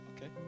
Okay